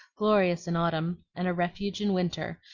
glorious in autumn, and a refuge in winter,